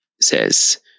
says